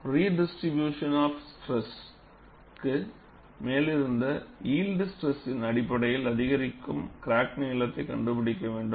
redistribution of ஸ்ட்ரெஸ்க்கு மேலிருந்த yield ஸ்ட்ரெஸ்யின் அடிப்படையில் அதிகரிக்கும் கிராக்நீளத்தை கண்டுபிடிக்க வேண்டும்